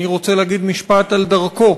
אני רוצה להגיד משפט על דרכו,